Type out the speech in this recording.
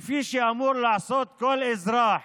כפי שאמור לעשות כל אזרח